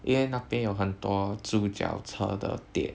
因为那边有很多租脚车的店